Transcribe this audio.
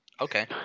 Okay